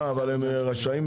מה אבל הם רשאים?